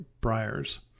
briars